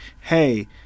hey